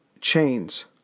chains